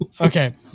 Okay